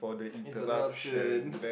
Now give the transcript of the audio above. interruption